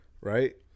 Right